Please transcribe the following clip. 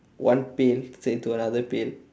one pail say to another pail